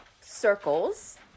circles